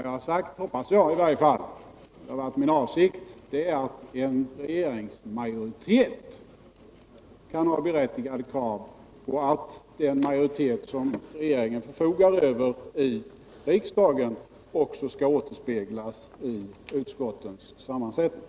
Jag har sagt — det var i alla fall min avsikt — att en regering kan ha berättigade krav på att den majoritet som regeringen förfogar över i riksdagen också skall återspeglas i utskottens sammansättning.